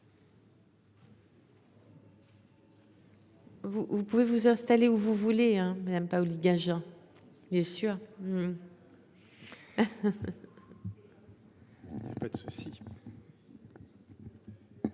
vous pouvez vous installer où vous voulez hein. Madame Paoli-Gagin. Bien sûr. Pas de souci.